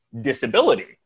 disability